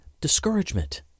discouragement